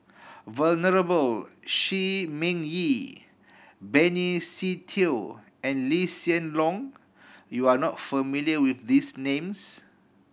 Venerable Shi Ming Yi Benny Se Teo and Lee Hsien Loong you are not familiar with these names